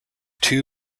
two